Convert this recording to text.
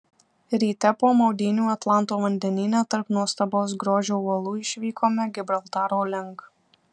ryte po maudynių atlanto vandenyne tarp nuostabaus grožio uolų išvykome gibraltaro link